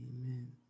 Amen